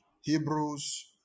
Hebrews